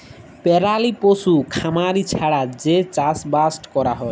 পেরালি পশু খামারি ছাড়া যে চাষবাসট ক্যরা হ্যয়